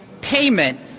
payment